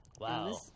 Wow